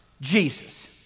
Jesus